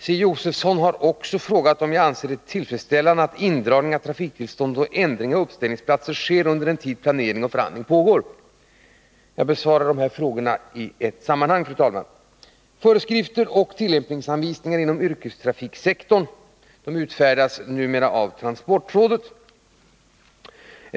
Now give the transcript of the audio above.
Stig Josefson har vidare frågat mig om jag anser det tillfredsställande att indragning av trafiktillstånd och ändring av uppställningsplats sker under den tid planering och förhandlingar pågår. Jag besvarar frågorna i ett sammanhang. Föreskrifter och tillämpningsanvisningar inom yrkestrafiksektorn utfärdas numera av transportrådet.